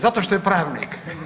Zato što je pravnik.